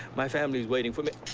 my family is waiting for me.